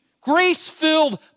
grace-filled